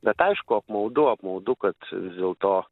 bet aišku apmaudu apmaudu kad vis dėlto